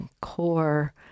core